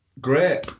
great